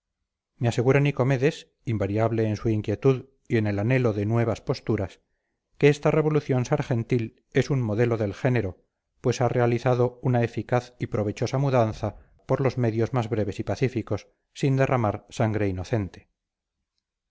me asegura nicomedes invariable en su inquietud y en el anhelo de nuevas posturas que esta revolución sargentil es un modelo del género pues ha realizado una eficaz y provechosa mudanza por los medios más breves y pacíficos sin derramar sangre inocente